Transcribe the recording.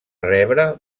rebre